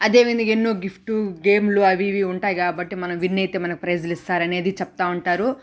అదేవినిగా ఏన్నో గిఫ్టు గేములు అవీ ఇవీ ఉంటాయి కాబట్టి మనం విన్ అయితే మనకి ప్రైజులు ఇస్తారనేది చెప్తూ ఉంటారు